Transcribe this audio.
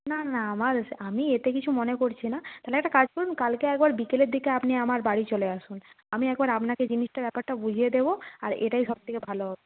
না না আমার আমি এতে কিছু মনে করছি না তাহলে একটা কাজ করুন কালকে একবার বিকেলের দিকে আপনি আমার বাড়ি চলে আসুন আমি একবার আপনাকে জিনিসটা ব্যাপারটা বুঝিয়ে দেবো আর এটাই সব থেকে ভালো হবে